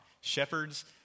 Shepherds